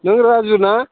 नों राजु ना